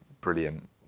brilliant